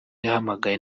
yahamagaye